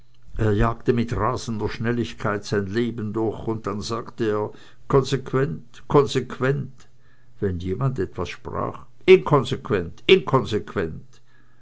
jagte mit rasender schnelligkeit sein leben durch und dann sagte er konsequent konsequent wenn jemand was sprach inkonsequent inkonsequent